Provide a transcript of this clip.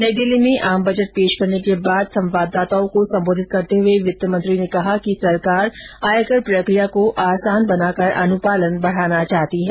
नई दिल्ली में आम बजट पेश करने के बाद कल संवाददाताओं को सम्बोधित करते हुए वित्त मंत्री ने कहा कि सरकार आयकर प्रक्रिया को आसान बना कर अनुपालन बढ़ाना चाहती है